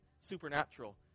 Supernatural